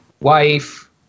wife